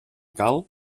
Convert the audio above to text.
cal